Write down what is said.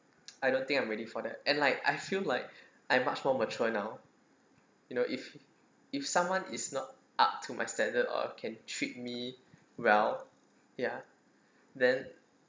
I don't think I'm ready for that and like I feel like I'm much more mature now you know if if someone is not up to my standard or can treat me well ya then